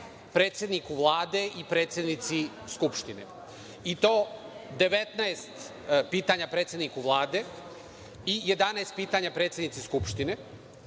predsedniku Vlade i predsednici Skupštine, i to 19 pitanja predsedniku Vlade i 11 pitanja predsednici Skupštine.